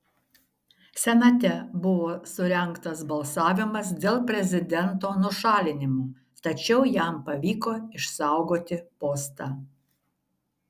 senate buvo surengtas balsavimas dėl prezidento nušalinimo tačiau jam pavyko išsaugoti postą